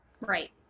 Right